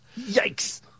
Yikes